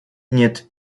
нет